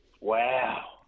Wow